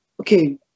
Okay